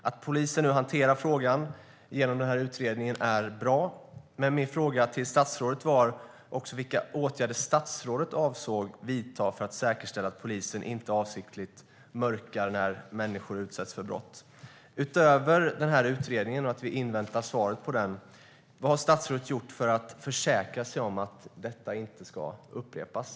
Att polisen nu hanterar frågan genom den här utredningen är bra, men min fråga till statsrådet var också vilka åtgärder som statsrådet avser att vidta för att säkerställa att polisen inte avsiktligt mörkar när människor utsätts för brott. Utöver den här utredningen och att vi inväntar svaret på den - vad har statsrådet gjort för att försäkra sig om att detta inte ska upprepas?